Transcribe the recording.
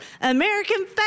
American